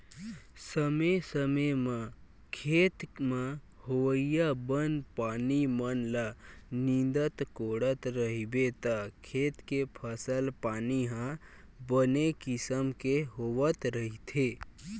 समे समे म खेत म होवइया बन पानी मन ल नींदत कोड़त रहिबे त खेत के फसल पानी ह बने किसम के होवत रहिथे